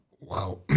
wow